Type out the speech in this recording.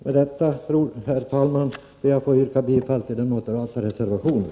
Med detta, herr talman, ber jag att få yrka bifall till den moderata reservationen.